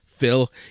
Phil